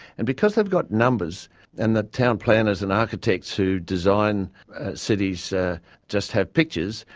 and because they've got numbers and the town planners and architects who design cities ah just have pictures,